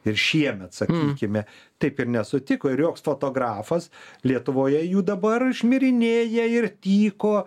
ir šiemet sakykime taip ir nesutiko ir joks fotografas lietuvoje jų dabar šmirinėja ir tyko